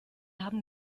haben